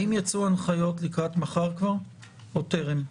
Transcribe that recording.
האם יצאו הנחיות לקראת מחר כבר או טרם?